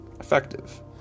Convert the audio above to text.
effective